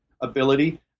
ability